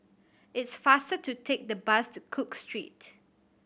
it's faster to take the bus to Cook Street